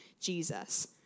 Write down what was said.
Jesus